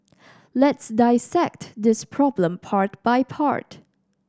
let's dissect this problem part by part